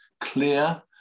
clear